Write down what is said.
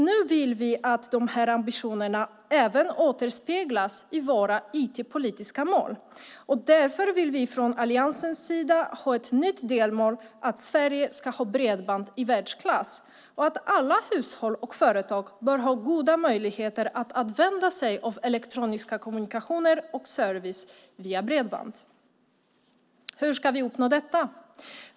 Nu vill vi att de här ambitionerna även återspeglas i våra IT-politiska mål. Därför vill vi från Alliansens sida ha ett nytt delmål, att Sverige ska ha bredband i världsklass och att alla hushåll och företag bör ha goda möjligheter att använda sig av elektroniska kommunikationer och service via bredband. Hur ska vi uppnå detta?